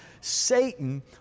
Satan